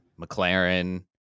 McLaren